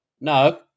No